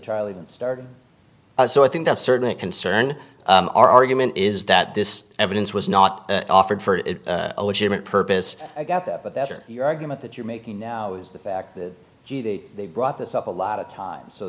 trial even started so i think that's certainly a concern our argument is that this evidence was not offered for it a legitimate purpose i got that but that or your argument that you're making now is the fact that they've brought this up a lot of times so